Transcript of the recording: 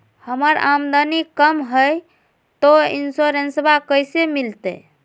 हमर आमदनी कम हय, तो इंसोरेंसबा कैसे मिलते?